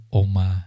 oma